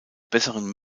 besseren